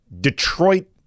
Detroit